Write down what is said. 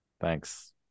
Thanks